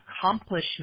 accomplishment